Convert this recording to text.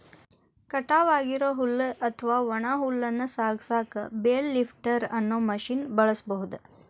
ಕಟಾವ್ ಆಗಿರೋ ಹುಲ್ಲು ಅತ್ವಾ ಒಣ ಹುಲ್ಲನ್ನ ಸಾಗಸಾಕ ಬೇಲ್ ಲಿಫ್ಟರ್ ಅನ್ನೋ ಮಷೇನ್ ಬಳಸ್ಬಹುದು